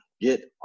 Get